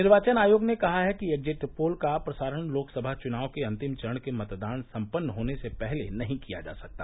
निर्वाचन आयोग ने कहा है कि एक्जिट पोल का प्रसारण लोकसभा चुनाव के अंतिम चरण के मतदान सम्पन्न होने से पहले नहीं किया जा सकता